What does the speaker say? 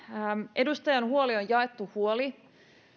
edustajan huoli on jaettu huoli